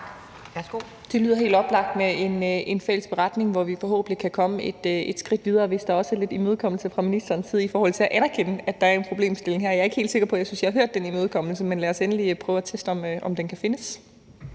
Det lyder helt oplagt med en fælles beretning, hvor vi forhåbentlig kan komme et skridt videre, hvis der også er lidt imødekommelse fra ministerens side i forhold til at anerkende, at der er en problemstilling her. Jeg er ikke helt sikker på, at jeg har hørt den imødekommelse, men lad os endelig prøve at teste, om den kan findes.